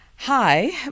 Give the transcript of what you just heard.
Hi